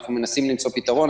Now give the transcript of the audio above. אנחנו מנסים למצוא פתרון.